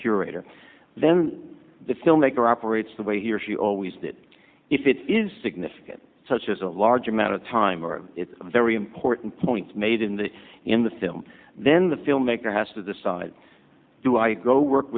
curator then the filmmaker operates the way he or she always did if it is significant such as a large amount of time or it's a very important point made in the in the film then the filmmaker has to decide do i go work